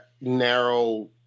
narrow